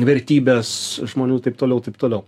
vertybes žmonių taip toliau taip toliau